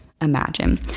imagine